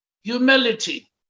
humility